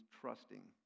trusting